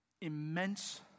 immense